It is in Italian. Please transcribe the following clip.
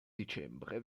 dicembre